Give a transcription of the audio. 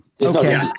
Okay